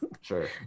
sure